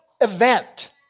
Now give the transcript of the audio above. event